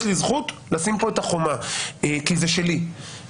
יש לי זכות לשים כאן את החומה כי זה שלי.